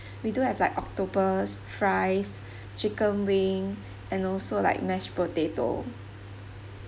we do have like octopus fries chicken wing and also like mashed potato